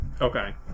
Okay